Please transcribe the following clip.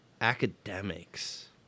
Academics